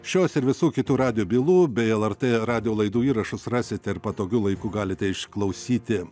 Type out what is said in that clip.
šios ir visų kitų radijo bylų bei lrt radijo laidų įrašus rasite ir patogiu laiku galite išklausyti